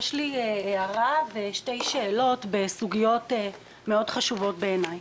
יש לי הערה ושתי שאלות בסוגיות חשובות מאוד בעיניי.